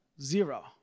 Zero